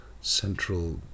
central